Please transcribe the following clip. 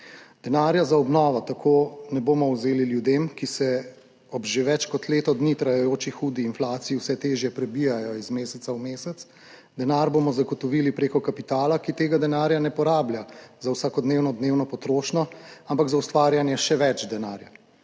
Denarja za obnovo tako ne bomo vzeli ljudem, ki se ob že več kot leto dni trajajoči hudi inflaciji vse težje prebijajo iz meseca v mesec. Denar bomo zagotovili preko kapitala, ki tega denarja ne porablja za vsakodnevno dnevno potrošnjo, ampak za ustvarjanje še več denarja.